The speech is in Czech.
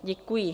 Děkuji.